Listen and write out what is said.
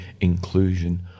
inclusion